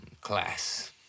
class